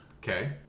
okay